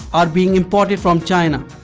are being imported from china.